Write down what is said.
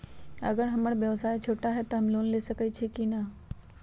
अगर हमर व्यवसाय छोटा है त हम लोन ले सकईछी की न?